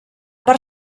part